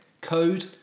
code